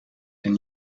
zijn